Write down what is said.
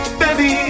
baby